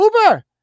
Uber